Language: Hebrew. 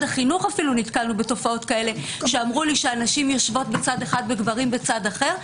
החינוך אפילו שאמרו לי שנשים יושבות בצד אחד והגברים בצד אחר.